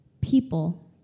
people